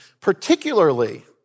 particularly